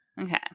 okay